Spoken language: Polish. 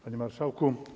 Panie Marszałku!